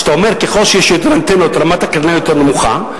כשאתה אומר שככל שיש יותר אנטנות רמת הקרינה יותר נמוכה.